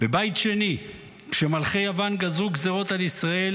"בבית שני כשמלכי יוון גזרו גזרות על ישראל